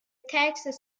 textes